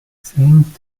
saint